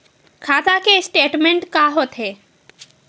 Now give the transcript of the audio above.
खाता के स्टेटमेंट का होथे?